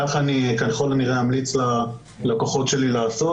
כך ככל הנראה אמליץ ללקוחות שלי לעשות.